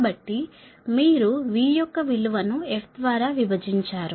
కాబట్టి మీరు v యొక్క విలువను f ద్వారా విభజించారు